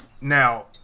Now